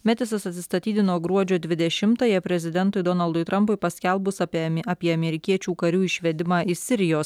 matisas atsistatydino gruodžio dvidešimtąją prezidentui donaldui trampui paskelbus apie apie amerikiečių karių išvedimą iš sirijos